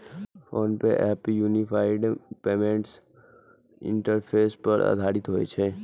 PhonePe app unified payments interface पर आधारित होइ छै